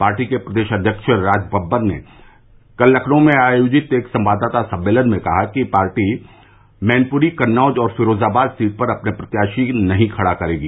party के प्रदेश अध्यक्ष राजबब्बर ने कल लखनऊ में आयोजित एक संवाददाता सम्मेलन में कहा कि पार्टी मैनपुरी कन्नौज और फिरोजाबाद सीट पर अपने प्रत्याशी नहीं खड़े करेगी